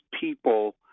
people